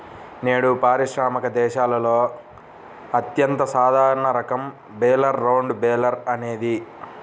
నేడు పారిశ్రామిక దేశాలలో అత్యంత సాధారణ రకం బేలర్ రౌండ్ బేలర్ అనేది